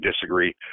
disagree